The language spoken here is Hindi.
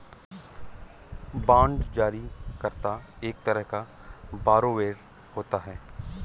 बांड जारी करता एक तरह का बारोवेर होता है